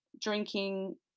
drinking